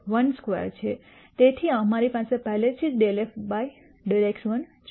તેથી અમારી પાસે પહેલેથી જ ∂f ∂x1 છે